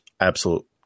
absolute